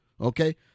Okay